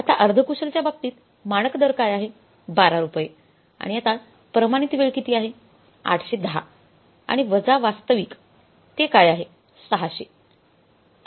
आता अर्ध कुशलच्या बाबतीत मानक दर काय आहे १२ रुपये आणि आता प्रमाणित वेळ किती आहे 810 आणि वजा वास्तविक ते काय आहे 600 हे आहे